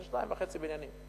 זה שניים וחצי בניינים.